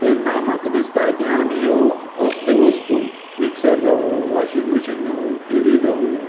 तेन्ना म्हाका दिसता की आमी ह्यो असली वस्तूं मिक्सर जावूं वॉशिंग मशीन जावूं टी वी जावूं